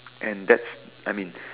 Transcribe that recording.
and that's I mean